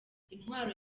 intwaro